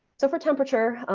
so for temperature,